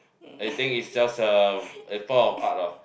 I think is just a a form of art lah